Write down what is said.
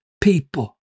people